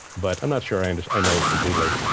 but i'm not sure i and i know completely.